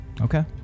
Okay